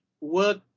work